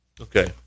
Okay